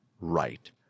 right